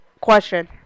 question